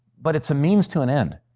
but it's a means to an end.